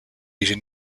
asian